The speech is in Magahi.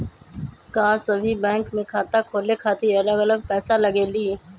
का सभी बैंक में खाता खोले खातीर अलग अलग पैसा लगेलि?